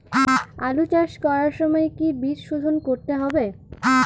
আলু চাষ করার সময় কি বীজ শোধন করতে হবে?